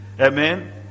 Amen